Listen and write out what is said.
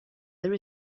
there